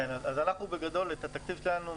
אנחנו בגדול מנצלים את התקציב שלנו,